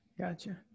Gotcha